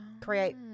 create